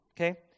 okay